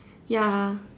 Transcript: ya